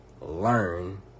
learn